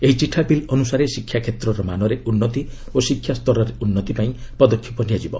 ଏହି ଚିଠା ବିଲ୍ ଅନୁସାରେ ଶିକ୍ଷା କ୍ଷେତ୍ରର ମାନରେ ଉନ୍ନତି ଓ ଶିକ୍ଷା ସ୍ତରରେ ଉନ୍ନତି ପାଇଁ ପଦକ୍ଷେପ ନିଆଯିବ